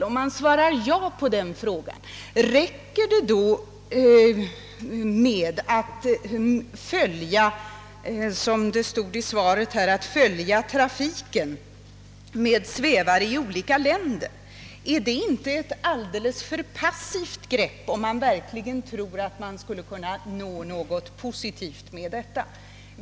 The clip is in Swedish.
Om man svarar ja på den frågan — räcker det då med att, som det stod i interpellationssvaret, följa trafik med svävare i olika länder? Är det inte ett alldeles för passivt grepp, om man verkligen tror att man skulle kunna uppnå någonting positivt med sådan trafik?